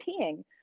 peeing